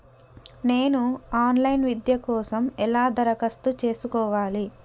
నేను online విద్య కోసం ఎలా దరఖాస్తు చేసుకోవాలి?